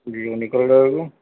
جی نکل جائے گی